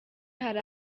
hari